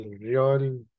real